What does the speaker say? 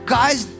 guys